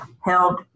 held